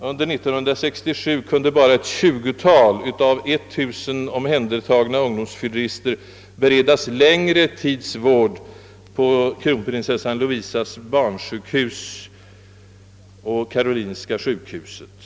Under 1967 kunde bara ett 20-tal av 1000 omhändertagna ungdomsfyllerister beredas längre tids vård på Kronprinsessan Lovisas barnsjukhus och på karolinska sjukhuset.